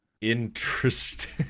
Interesting